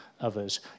others